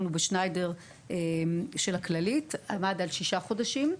ובשניידר של הכללית עמדה על שישה חודשים.